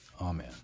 Amen